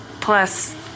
Plus